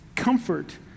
Comfort